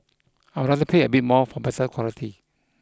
I would rather pay a bit more for better quality